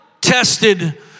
tested